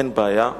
אין בעיה,